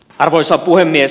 arvoisa puhemies